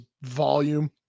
volume